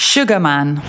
Sugarman